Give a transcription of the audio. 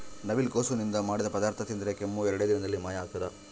ನವಿಲುಕೋಸು ನಿಂದ ಮಾಡಿದ ಪದಾರ್ಥ ತಿಂದರೆ ಕೆಮ್ಮು ಎರಡೇ ದಿನದಲ್ಲಿ ಮಾಯ ಆಗ್ತದ